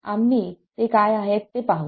आम्ही ते काय आहोत ते पाहू